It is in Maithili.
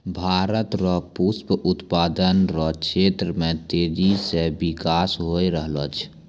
भारत रो पुष्प उत्पादन रो क्षेत्र मे तेजी से बिकास होय रहलो छै